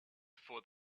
for